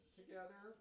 together